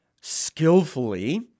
skillfully